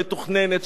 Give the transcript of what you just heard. של המפגינים,